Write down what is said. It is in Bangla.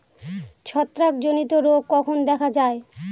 ছত্রাক জনিত রোগ কখন দেখা য়ায়?